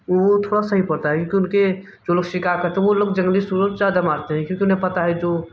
वो थोड़ा सही पड़ता है क्योंकि उनके जो लोग शिकार करते हैं वो लोग जंगली सुअर ज़्यादा मारते हैं क्योंकि उन्हें पता है जो